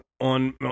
on